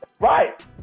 Right